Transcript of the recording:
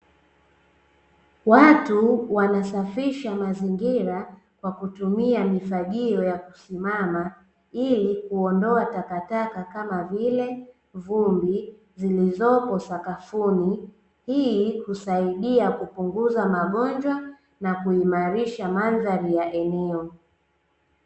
Watu wanasafisha mazingira kutumia kwa mifagio ya kusimama ili kuondoa takataka kama vile vumbi zilizopo sakafuni. Hii husaidia kupunguza magonjwa na kuimarisha mandhari ya eneo.